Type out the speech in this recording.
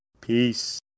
Peace